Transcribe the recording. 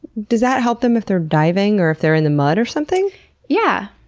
does that help them if they're diving or if they're in the mud or something yeah.